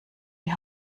die